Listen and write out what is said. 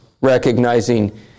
recognizing